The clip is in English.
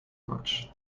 much